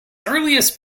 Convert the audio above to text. earliest